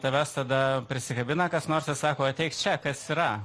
tavęs tada prisikabina kas nors ir sako ateik čia kas yra